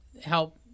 help